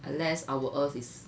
unless our earth is